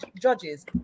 judges